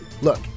Look